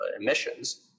emissions